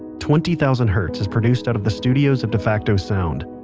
twenty thousand hertz is produced out of the studios of defacto sound,